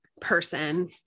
person